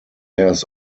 airs